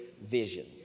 vision